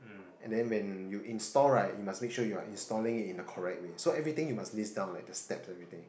and then when you install right you must make sure you are installing it in the correct way so everything you must list down like the steps and everything